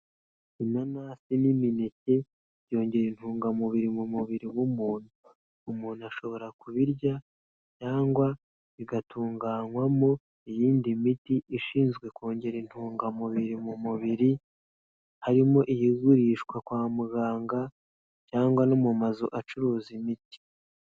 Inanasi n'imineke byongera intungamubiri mu mubiri w'umuntu, umuntu ashobora kubirya cyangwa bigatunganywamo iyindi miti ishinzwe kongera intungamubiri mu mubiri, harimo iyigurishwa kwa muganga cyangwa no mu mazu acuruza imiti.